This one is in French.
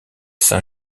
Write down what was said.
saint